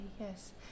yes